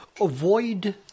avoid